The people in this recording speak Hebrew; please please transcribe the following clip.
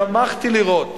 שמחתי לראות